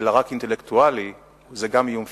אלא רק אינטלקטואלי, זה גם איום פיזי.